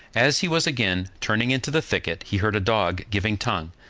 as he was again turning into the thicket, he heard a dog giving tongue,